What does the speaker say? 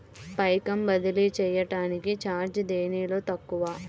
పైకం బదిలీ చెయ్యటానికి చార్జీ దేనిలో తక్కువ?